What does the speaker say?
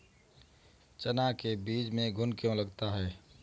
चना के बीज में घुन क्यो लगता है?